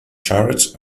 chariots